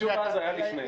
זה היה לפני.